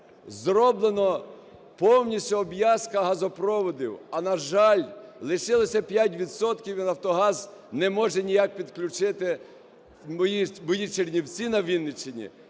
зроблена повністю обв'язка газопроводів, а, на жаль, лишилося 5 відсотків, і "Нафтогаз" не може ніяк підключити мої Чернівці на Вінниччині,